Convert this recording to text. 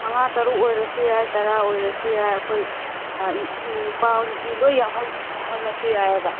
ꯃꯉꯥ ꯇꯔꯨꯛ ꯑꯣꯏꯔꯁꯨ ꯌꯥꯏ ꯇꯔꯥ ꯑꯣꯏꯔꯁꯨ ꯌꯥꯝ ꯑꯩꯈꯣꯏ ꯅꯨꯄꯥꯑꯣ ꯅꯨꯄꯤꯑꯣ ꯂꯣꯏꯅ ꯌꯥꯎꯍꯜꯂꯁꯨ ꯌꯥꯏ